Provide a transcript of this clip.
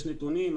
יש נתונים,